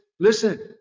listen